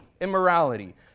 immorality